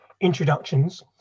introductions